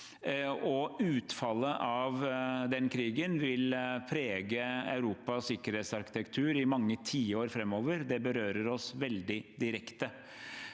utfallet av den krigen vil prege Europas sikkerhetsarkitektur i mange tiår framover. Det berører oss veldig direkte.